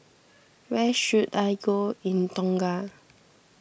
where should I go in Tonga